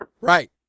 Right